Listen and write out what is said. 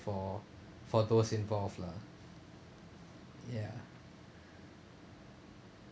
for for those involved lah ya